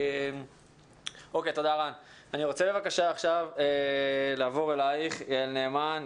אני רוצה בבקשה לעבור אליך, יעל נאמן.